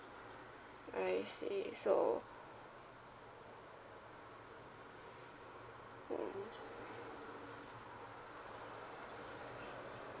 I see so mm